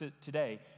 today